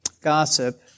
gossip